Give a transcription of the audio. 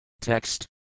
Text